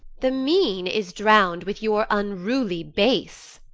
the mean is drown'd with your unruly bass.